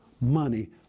money